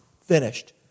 finished